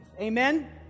Amen